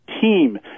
team